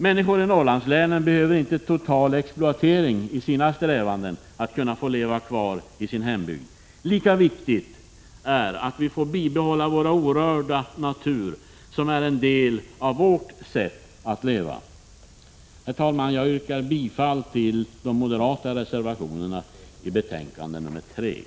Människor i Norrlandslänen behöver inte total exploatering i sina strävanden att kunna få leva kvar i sin hembygd. Lika viktigt är att vi får bibehålla vår orörda natur, som är en del av vårt sätt att leva. Jag yrkar bifall till de moderata reservationer som är fogade till betänkandet.